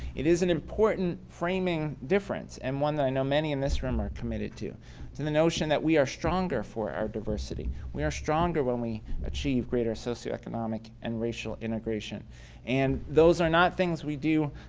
it is an important framing difference and one that i know many in this room are committed to. to the notion that we are stronger for our diversity. we are stronger when we achieve greater socio-economic and racial integration and those are not things that we do